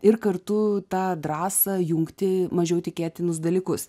ir kartu tą drąsą jungti mažiau tikėtinus dalykus